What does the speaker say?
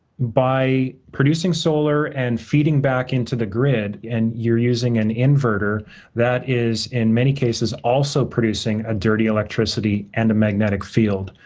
by producing solar and feeding back into the grid, and you're using an inverter that is, in many cases, also producing a dirty electricity and a magnetic field.